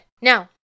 Now